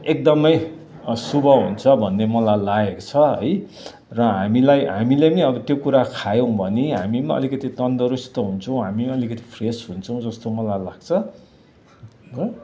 एकदमै शुभ हुन्छ भन्ने मलाई लागेको छ है र हामीलाई हामीले पनि अब त्यो कुरा खायौँ भने हामी अलिकति तन्दुरस्त हुन्छौँ हामी पनि अलिकति फ्रेस हुन्छौँ जस्तो मलाई लाग्छ